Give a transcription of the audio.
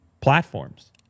platforms